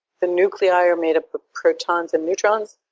the nuclei are made up of protons and neutrons,